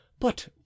But